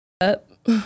up